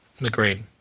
Agreed